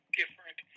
different